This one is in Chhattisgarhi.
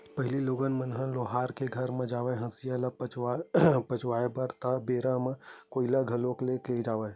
पहिली लोगन मन ह लोहार के घर म जावय हँसिया ल पचवाए बर ता ओ बेरा म कोइला घलोक ले के जावय